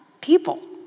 people